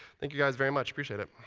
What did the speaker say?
thank you guys very much. appreciate it.